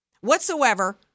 whatsoever